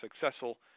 successful